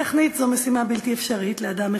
טכנית זו משימה בלתי אפשרית לאדם אחד,